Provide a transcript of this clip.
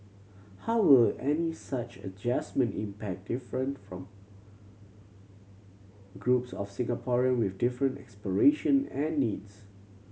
how will any such adjustment impact different from groups of Singaporean with different aspiration and needs